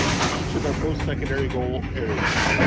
in each of their postsecondary goal areas.